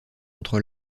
contre